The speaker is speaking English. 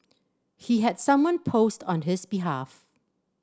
he had someone post on his behalf